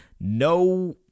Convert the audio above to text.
no